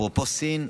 אפרופו סין,